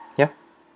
ya